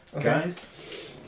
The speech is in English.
Guys